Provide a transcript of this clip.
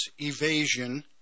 evasion